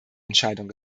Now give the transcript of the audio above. entscheidung